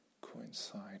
coincide